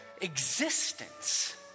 existence